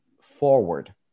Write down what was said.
forward